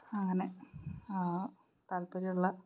അങ്ങനെ താല്പര്യമുള്ള